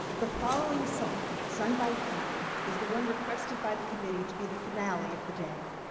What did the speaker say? the following song, sung by cami, is the one requested by the committee to be the finale of the day.